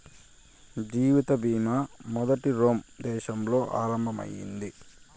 జీవిత బీమా మొదట రోమ్ దేశంలో ఆరంభం అయింది